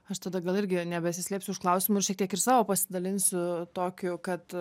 aš tada gal irgi nebesislėpsiu už klausimų ir šiek tiek ir savo pasidalinsiu tokiu kad